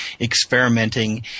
experimenting